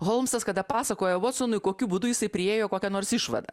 holmsas kada pasakoja vatsonui kokiu būdu jisai priėjo kokią nors išvadą